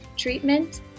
treatment